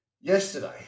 Yesterday